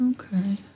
okay